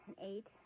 eight